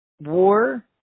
war